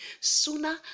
sooner